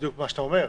בדיוק מה שאתה אומר,